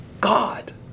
God